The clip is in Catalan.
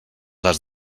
has